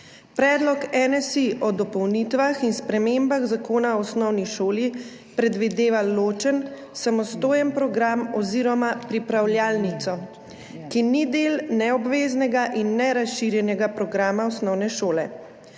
Predlog NSi o dopolnitvah in spremembah Zakona o osnovni šoli predvideva ločen, samostojen program oziroma pripravljalnico, ki ni ne del obveznega in ne razširjenega programa osnovne šole.